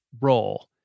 role